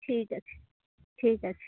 ঠিক আছে ঠিক আছে